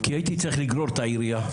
כי הייתי צריך לגרור את העירייה,